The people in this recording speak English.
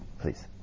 please